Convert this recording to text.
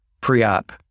pre-op